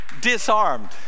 disarmed